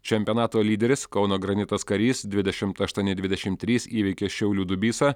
čempionato lyderis kauno granitas karys dvidešimt aštuoni dvidešimt trys įveikė šiaulių dubysą